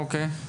אוקיי.